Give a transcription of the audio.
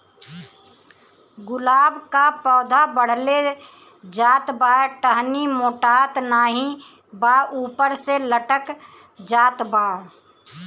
गुलाब क पौधा बढ़ले जात बा टहनी मोटात नाहीं बा ऊपर से लटक जात बा?